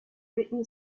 written